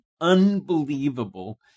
unbelievable